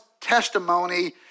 testimony